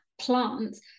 plants